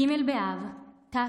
ג' באב תשפ"א,